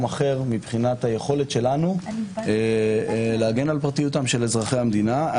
אחר מבחינת היכולת שלנו להגן על פרטיות אזרחי המדינה.